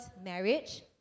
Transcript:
marriage